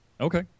Okay